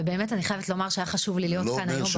ובאמת אני חייבת לומר שהיה חשוב לי להיות כאן היום בבוקר.